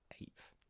eighth